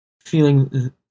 feeling